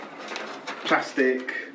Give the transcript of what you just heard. plastic